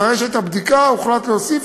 אחרי שהייתה בדיקה הוחלט להוסיף,